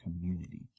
community